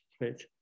right